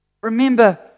Remember